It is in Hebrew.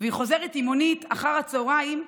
היא חוזרת עם מונית אחר הצוהריים,